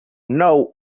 nou